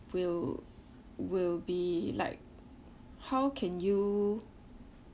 will will be like how can you